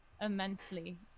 immensely